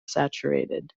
saturated